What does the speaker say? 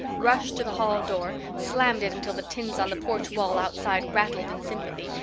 rushed to the hall door, slammed it until the tins on the porch wall outside rattled in sympathy,